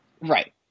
Right